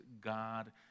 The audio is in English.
God